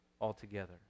altogether